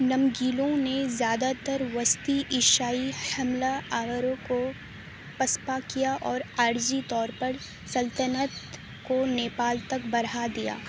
نمگیلوں نے زیادہ تر وسطی ایشائی حملہ آوروں کو پسپا کیا اور عارضی طور پر سلطنت کو نیپال تک بڑھا دیا